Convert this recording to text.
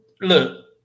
look